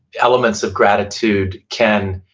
elements of gratitude can,